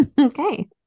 okay